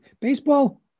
Baseball